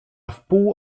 wpół